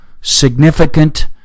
significant